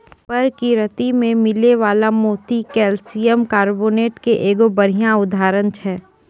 परकिरति में मिलै वला मोती कैलसियम कारबोनेट के एगो बढ़िया उदाहरण छै